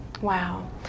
Wow